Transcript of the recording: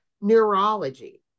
neurology